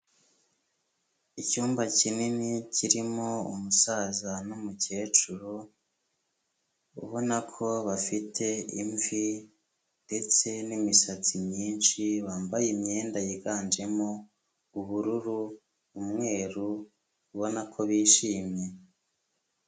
Icyumba kinini kirimo umusaza n'umukecuru, ubona ko bafite imvi ndetse n'imisatsi myinshi, bambaye imyenda yiganjemo ubururu, umweru, ubona ko bishimye.